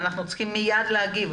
אנחנו צריכים מיד להגיב,